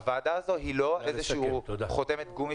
הוועדה הזאת היא לא איזושהי חותמת גומי